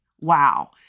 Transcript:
Wow